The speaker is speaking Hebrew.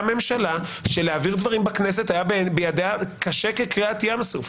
ממשלה שלהעביר דברים בכנסת היה בידיה קשה כקריעת ים סוף.